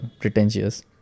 pretentious